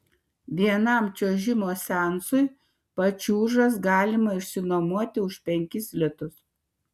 vienam čiuožimo seansui pačiūžas galima išsinuomoti už penkis litus